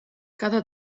cada